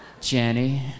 Jenny